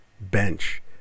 bench